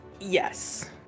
Yes